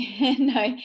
No